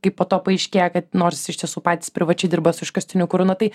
kai po to paaiškėja kad nors iš tiesų patys privačiai dirba su iškastiniu kuru na tai